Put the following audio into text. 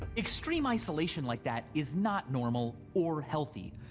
extreme isolation like that is not normal or healthy,